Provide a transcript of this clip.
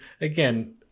again